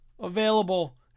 available